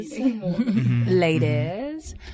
ladies